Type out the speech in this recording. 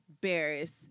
Barris